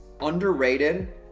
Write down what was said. Underrated